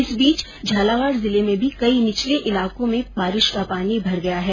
इस बीच झालावाड़ जिले में भी कई निचले इलाको में बारिश का पानी भर गया है